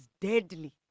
deadly